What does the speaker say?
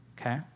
Okay